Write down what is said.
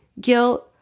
guilt